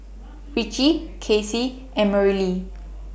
Ritchie Cassie and Merrily